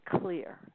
clear